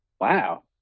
Wow